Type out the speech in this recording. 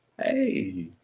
Hey